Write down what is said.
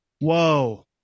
Whoa